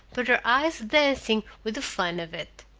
but her eyes dancing with the fun of it.